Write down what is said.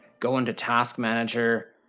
go into task manager,